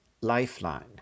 lifeline